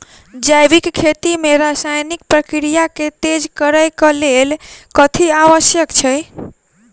जैविक खेती मे रासायनिक प्रक्रिया केँ तेज करै केँ कऽ लेल कथी आवश्यक छै?